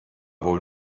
wohl